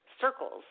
circles